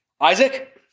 Isaac